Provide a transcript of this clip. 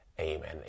Amen